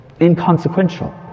inconsequential